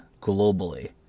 globally